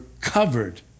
covered